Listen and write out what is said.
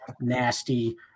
nasty